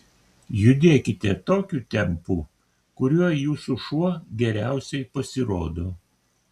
judėkite tokiu tempu kuriuo jūsų šuo geriausiai pasirodo